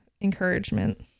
encouragement